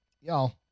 y'all